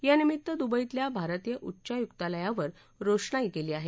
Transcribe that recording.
यानिमित्त दुबईतल्या भारतीय उच्चायुक्तालयावर रोषणाई केली आहे